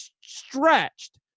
stretched